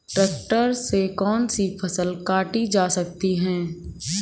Tractor से कौन सी फसल काटी जा सकती हैं?